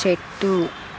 చెట్టు